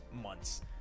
months